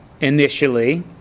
initially